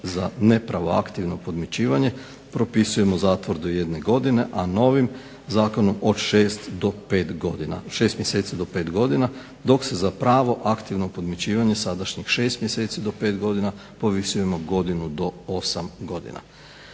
za nepravo aktivno podmićivanje propisujemo zatvor do 1 godine,a novim zakonom od 6 mjeseci do 5 godina dok se za pravo aktivno podmićivanje sadašnjih 6 mjeseci do 5 godina povisujemo godinu do 8 godina.